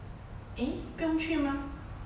eh 不用去吗